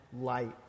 light